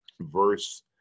verse